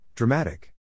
Dramatic